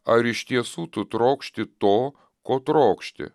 ar iš tiesų tu trokšti to ko trokšti